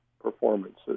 performances